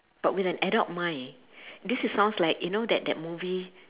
but with an adult mind this is sounds like you know that that movie